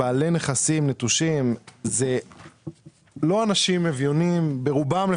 שבעלי נכסים נטושים הם לא אנשים אביונים, ברובם.